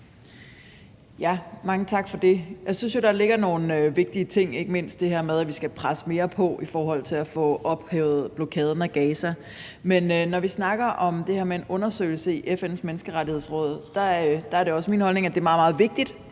Mange tak for det. Jeg synes jo, der ligger nogle vigtige ting, ikke mindst det her med, at vi skal presse mere på for at få ophævet blokaden af Gaza. Men når vi snakker om det her med en undersøgelse i FN's Menneskerettighedsråd, er det også min holdning, at det er meget, meget vigtigt